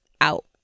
out